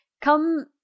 come